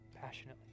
passionately